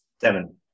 Seven